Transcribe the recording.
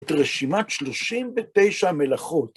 את רשימת 39 מלאכות.